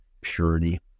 purity